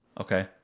Okay